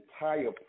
entire